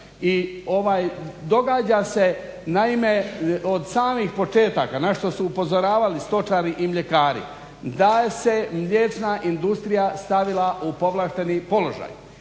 I događa se naime od samih početaka na što su upozoravali stočari i mljekari da se mliječna industrija stavila u povlašteni položaj.